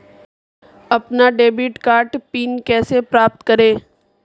अपना debit card pin कैसे प्राप्त करें?